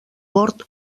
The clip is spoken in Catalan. bord